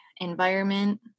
environment